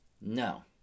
No